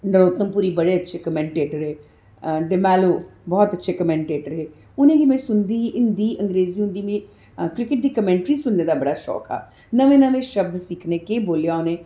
नरोत्तमपुरी बड़ा अच्छे कमैंटेटर हे देमैलो बहुत अच्छे कमैंटेटर हे उ'नें गी में सुनदी ही हिन्दी अंग्रेज़ी हुंदी मीं क्रिकेट दी कमैन्ट्री सुनने दा बड़ा शौक हा नमें नमें शब्द सिक्खने केह् बोल्लेआ उ'नें